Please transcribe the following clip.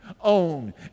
Own